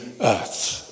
earth